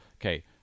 okay